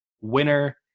winner